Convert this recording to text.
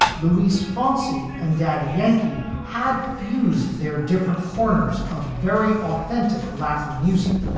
louise fancy and daddy yankee had fused their different corners of very authentic latin music.